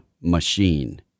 machine